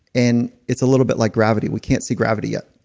and it's a little bit like gravity. we can't see gravity yet.